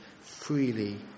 freely